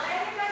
תראה לי,